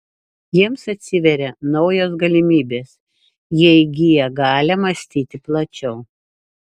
jiems atsiveria naujos galimybės jie įgyja galią mąstyti plačiau